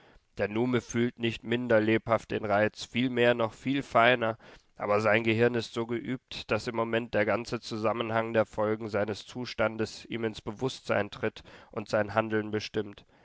der nume fühlt nicht minder lebhaft den reiz vielmehr noch viel feiner aber sein gehirn ist so geübt daß im moment der ganze zusammenhang der folgen seines zustandes ihm ins bewußtsein tritt und sein handeln bestimmt